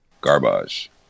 garbage